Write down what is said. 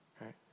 Right